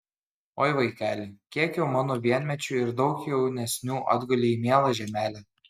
oi vaikeli kiek jau mano vienmečių ir daug jaunesnių atgulė į mielą žemelę